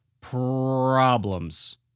problems